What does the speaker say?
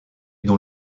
dont